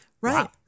Right